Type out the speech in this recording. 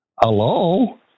Hello